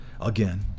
again